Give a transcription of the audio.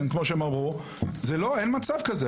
הייתי בסגר.